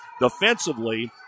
defensively